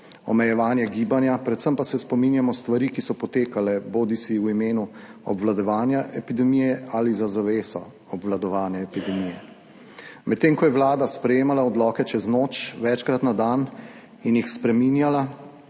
omejevanja gibanja, predvsem pa se spominjamo stvari, ki so potekale bodisi v imenu obvladovanja epidemije bodisi za zaveso obvladovanja epidemije. Medtem ko je Vlada sprejemala odloke čez noč, večkrat na dan in jih spreminjala